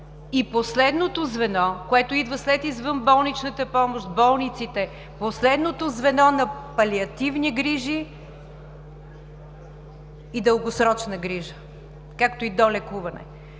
и последното звено, което идва след извън болничната помощ – болниците, последното звено на палиативни грижи и дългосрочна грижа, както и долекуване.